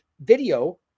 video